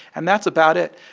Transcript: and that's about it.